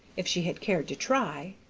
if she had cared to try.